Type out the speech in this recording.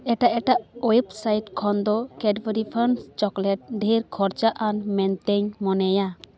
ᱮᱴᱟᱜ ᱮᱴᱟᱜ website ᱠᱷᱚᱱᱫᱚ ᱠᱮᱰᱵᱮᱨᱤ ᱯᱷᱟᱱᱥ ᱪᱚᱠᱞᱮᱴ ᱰᱷᱮᱨ ᱠᱷᱚᱨᱪᱟᱼᱟᱱ ᱢᱮᱱᱛᱮᱧ ᱢᱚᱱᱮᱭᱟ